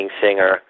singer